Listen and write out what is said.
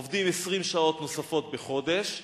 עובדים 20 שעות נוספות בחודש,